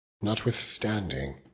Notwithstanding